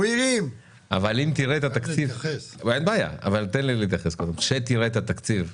אם תראה את התקציב, כשתראה את התקציב,